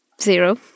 zero